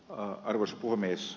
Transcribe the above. arvoisa puhemies